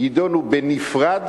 יידונו בנפרד.